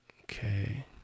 Okay